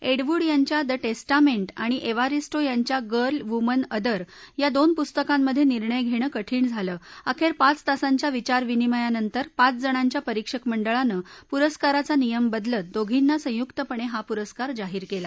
एडवुड यांच्या the Testament आणि Evaristo यांच्या गर्ल वुमन अदर या दोन पुस्तकांमधे निर्णय घेणं कठीण झालं अखेर पाच तासांच्या विचार विनमयानंतर पाच जणांच्या परिक्षक मंडळानं पुरस्काराचा नियम बदलत दोघींना संयुक्तपणे हा पुरस्कार जाहीर केला